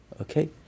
okay